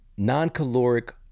non-caloric